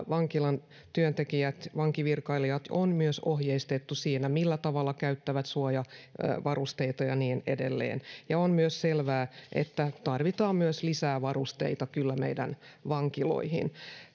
vankilan työntekijöitä vankivirkailijoita on myös ohjeistettu siinä millä tavalla käyttävät suojavarusteita ja niin edelleen on selvää että tarvitaan kyllä myös lisää varusteita meidän vankiloihimme